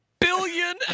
billion